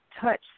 touch